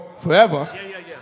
forever